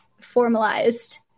formalized